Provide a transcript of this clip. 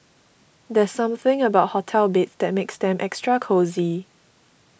there's something about hotel beds that makes them extra cosy